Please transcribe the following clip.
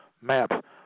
maps